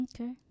Okay